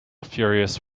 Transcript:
furious